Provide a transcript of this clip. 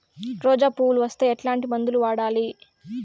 రోజా పువ్వులు వస్తే ఎట్లాంటి మందులు వాడాలి?